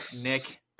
Nick